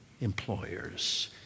employers